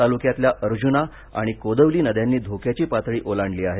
तालुक्यातल्या अर्जुना आणि कोदवली नद्यांनी धोक्याची पातळी ओलांडली आहे